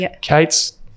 Kate's